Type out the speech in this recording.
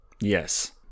Yes